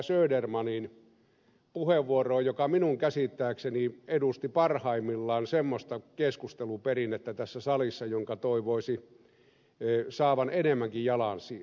södermanin puheenvuoroon joka minun käsittääkseni edusti parhaimmillaan semmoista keskusteluperinnettä tässä salissa jonka toivoisi saavan enemmänkin jalansijaa